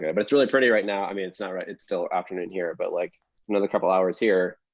yeah but it's really pretty right now. i mean, it's not right it's still afternoon here. but like another couple hours here,